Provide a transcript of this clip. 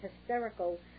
hysterical